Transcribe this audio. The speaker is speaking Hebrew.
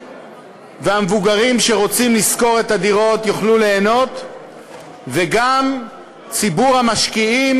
והמבוגרים שרוצים לשכור את הדירות יוכלו ליהנות וגם ציבור המשקיעים